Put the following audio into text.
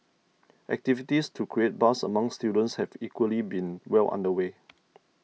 activities to create buzz among students have equally been well under way